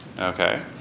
okay